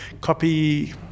copy